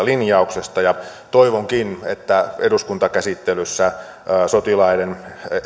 linjauksesta ja toivonkin että eduskuntakäsittelyssä sotilaiden